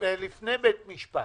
לפני בית משפט.